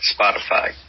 Spotify